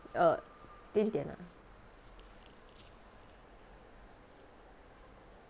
err 点点啊